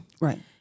Right